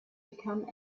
become